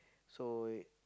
so it